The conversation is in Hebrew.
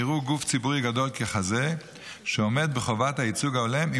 יראו גוף ציבורי גדול ככזה שעומד בחובת הייצוג ההולם אם